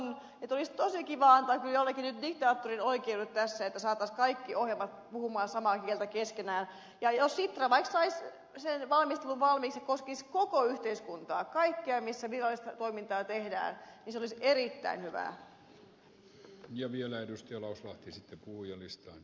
olisi tosi kiva antaa nyt jollekin diktaattorin oikeudet tässä että saataisiin kaikki ohjelmat puhumaan samaa kieltä keskenään ja jos sitra vaikka saisi valmiiksi sen valmistelun joka koskisi koko yhteiskuntaa sitä kaikkea missä virallista toimintaa tehdään niin se olisi erittäin hyvä